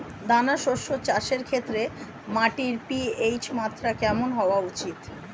দানা শস্য চাষের ক্ষেত্রে মাটির পি.এইচ মাত্রা কেমন হওয়া উচিৎ?